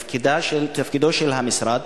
תפקידו של המשרד,